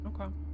Okay